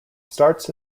starts